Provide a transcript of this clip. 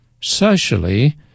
socially